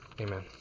Amen